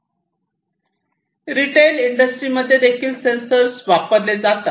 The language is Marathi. रिटेल इंडस्ट्रीमध्ये इंडस्ट्रियल सेन्सर देखील वापरले जातात